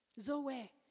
Zoe